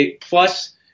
plus